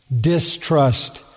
distrust